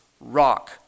rock